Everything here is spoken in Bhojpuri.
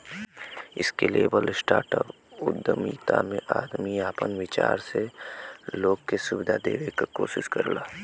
स्केलेबल स्टार्टअप उद्यमिता में आदमी आपन विचार से लोग के सुविधा देवे क कोशिश करला